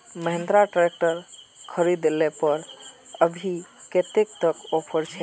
Mahindra tractor खरीद ले पर अभी कतेक तक ऑफर छे?